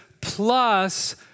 plus